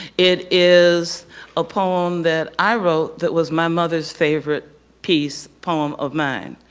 it is a poem that i wrote that was my mother's favorite piece poem of mine.